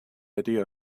idea